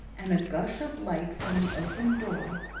and a gush of light from the opened door,